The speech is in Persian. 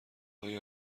های